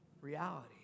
reality